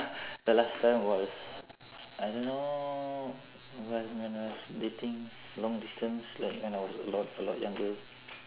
the last time was I don't know when when I was dating long distance like when I was a lot a lot younger